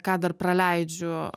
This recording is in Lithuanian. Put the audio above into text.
ką dar praleidžiu